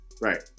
Right